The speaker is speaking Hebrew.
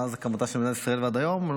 מאז הקמתה של מדינת ישראל ועד היום,